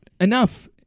enough